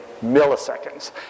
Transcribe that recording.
milliseconds